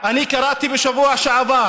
קראתי בשבוע שעבר